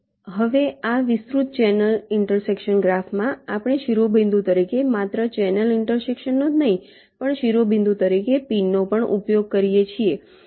હવે આ વિસ્તૃત ચેનલ ઈન્ટરસેક્શન ગ્રાફમાં આપણે શિરોબિંદુ તરીકે માત્ર ચેનલ ઈન્ટરસેક્શનનો જ નહીં પણ શિરોબિંદુ તરીકે પિનનો પણ ઉપયોગ કરીએ છીએ